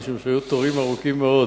מפני שהיו תורים ארוכים מאוד